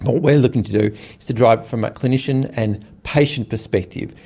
what we are looking to do is to drive it from a clinician and patient perspective.